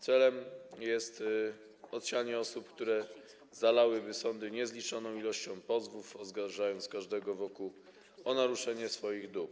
Celem jest odsianie osób, które zalałyby sądy niezliczoną ilością pozwów, oskarżając każdego wokół o naruszenie ich dóbr.